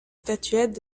statuettes